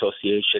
Association